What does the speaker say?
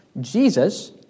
Jesus